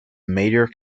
mayor